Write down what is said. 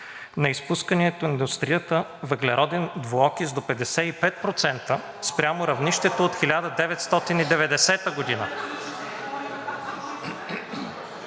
на изпускания от индустрията въглероден двуокис до 55% спрямо равнището от 1990 г.